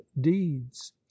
deeds